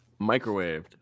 Microwaved